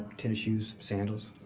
tennis shoes, sandals.